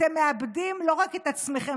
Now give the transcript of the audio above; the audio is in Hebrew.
אתם מאבדים לא רק את עצמכם,